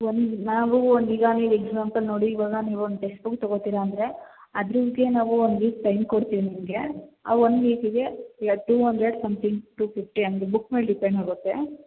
ಒಂದು ನಾವೂ ಒಂದು ಈಗ ನೀವು ಎಕ್ಸಾಂಪಲ್ ನೋಡಿ ಇವಾಗ ನೀವು ಒಂದು ಟೆಕ್ಸ್ಟ್ ಬುಕ್ ತಗೋತಿರ ಅಂದರೆ ಅದ್ರೀಗ ನಾವು ಒಂದು ವೀಕ್ ಟೈಮ್ ಕೋಡ್ತೀವಿ ನಿಮಗೆ ಆ ಒಂದು ವೀಕಿಗೆ ಈಗ two hundred something two fifty ಹಂಗೇ ಬುಕ್ ಮೇಲೆ ಡಿಪೆಂಡ್ ಆಗುತ್ತೆ